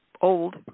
old